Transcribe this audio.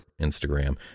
Instagram